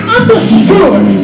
understood